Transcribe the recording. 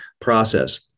process